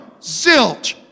Zilch